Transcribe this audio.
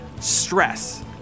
stress